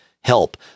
help